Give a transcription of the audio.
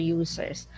users